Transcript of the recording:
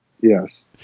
Yes